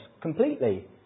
completely